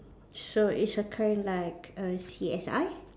so it's a kind like err C_S_I